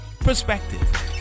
perspective